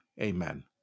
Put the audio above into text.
Amen